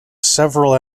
several